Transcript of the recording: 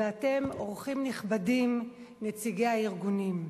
ואתם, אורחים נכבדים, נציגי הארגונים,